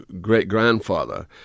great-grandfather